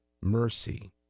mercy